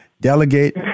delegate